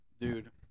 Dude